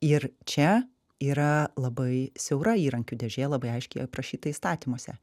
ir čia yra labai siaura įrankių dėžė labai aiškiai aprašyta įstatymuose